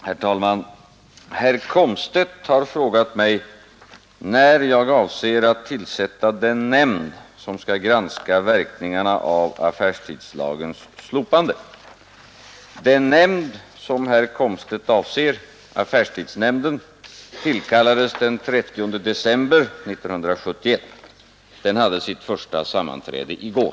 Herr talman! Herr Komstedt har frågat mig när jag avser att tillsätta den nämnd som skall granska verkningarna av affärstidslagens slopande. Den nämnd som herr Komstedt avser, affärstidsnämnden, tillkallades den 30 december 1971. Den hade sitt första sammanträde i går.